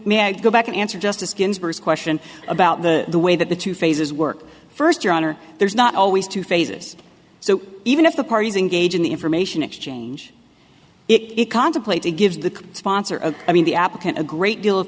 may i go back and answer justice ginsburg's question about the way that the two phases work first your honor there's not always two phases so even if the parties engage in the information exchange it contemplate it gives the sponsor of i mean the applicant a great deal of